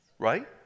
right